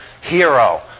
hero